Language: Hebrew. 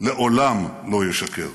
לעולם לא ישקר.